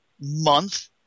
month